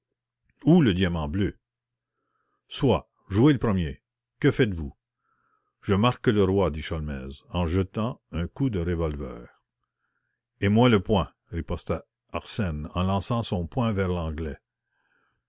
ou le diamant bleu soit jouez le premier que faites-vous je marque le roi dit sholmès en jetant un coup de revolver et moi le point riposta arsène en lançant son poing vers l'anglais